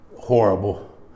horrible